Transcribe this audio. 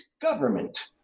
government